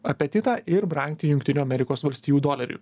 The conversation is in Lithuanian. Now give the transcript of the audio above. apetitą ir brangti jungtinių amerikos valstijų doleriui